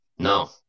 no